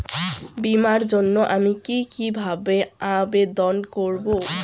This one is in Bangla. বিমার জন্য আমি কি কিভাবে আবেদন করব?